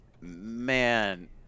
man